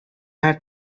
her